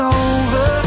over